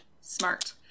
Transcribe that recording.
Smart